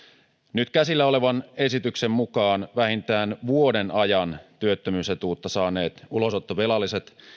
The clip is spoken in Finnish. nyt käsillä olevan esityksen mukaan vähintään vuoden ajan työttömyysetuutta saaneet ulosottovelalliset